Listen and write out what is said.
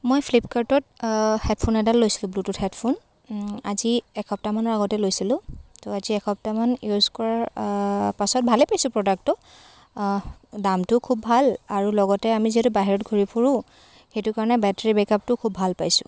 মই ফ্লিপকাৰ্টত হেডফোন এডাল লৈছিলোঁ ব্লুটুথ হেডফোন আজি এসপ্তাহ মানৰ আগতে লৈছিলোঁ ত' আজি এসপ্তাহমান ইউজ কৰাৰ পাছত ভালেই পাইছো প্ৰডাক্টটো দামটোও খুব ভাল আৰু লগতে আমি যিহেতু বাহিৰত ঘূৰি ফুৰোঁ সেইটো কাৰণে বেটেৰী বেকআপটোও বহুত ভাল পাইছোঁ